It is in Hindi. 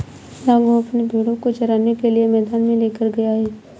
राघव अपने भेड़ों को चराने के लिए मैदान में लेकर गया है